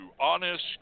honest